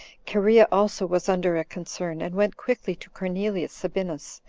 cherea also was under a concern, and went quickly to cornelius sabinus,